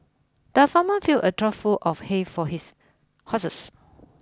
the farmer filled a trough full of hay for his horses